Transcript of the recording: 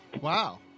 Wow